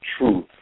truth